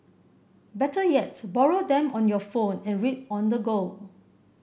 better yet borrow them on your phone and read on the go